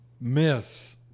miss